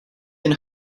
can